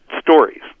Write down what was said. stories